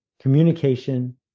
communication